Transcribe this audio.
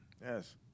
yes